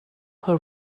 who